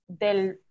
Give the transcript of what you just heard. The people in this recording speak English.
del